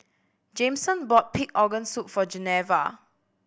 Jameson bought pig organ soup for Geneva